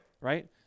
right